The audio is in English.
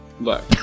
look